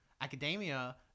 Academia